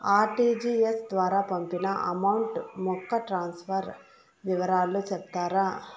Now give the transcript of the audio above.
RTGS ద్వారా పంపిన amount యొక్క ట్రాన్స్ఫర్ వివరాలు సెప్తారా